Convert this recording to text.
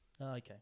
Okay